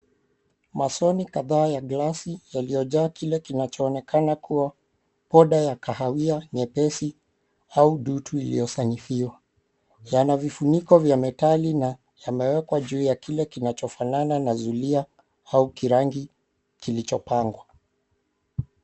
Masoni kadhaa ya glasi yaliyojaa kile kinachoonekana kuwa poda ya kahawia nyepesi au dutu iliyosanifiwa. Yana vifuniko vya metali na yamewekwa juu ya like kinachofanana na zulia au kirangi kilichopangwa.